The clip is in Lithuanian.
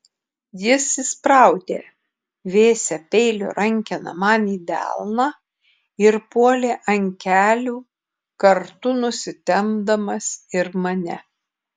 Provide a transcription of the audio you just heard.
jis įspraudė vėsią peilio rankeną man į delną ir puolė ant kelių kartu nusitempdamas ir mane